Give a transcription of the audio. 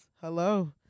Hello